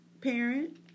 parent